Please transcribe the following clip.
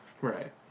Right